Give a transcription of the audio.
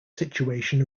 situation